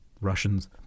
Russians